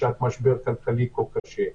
בשעת משבר כלכלי כה קשה.